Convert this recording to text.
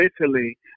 Italy